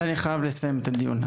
אני חייב לסיים את הדיון.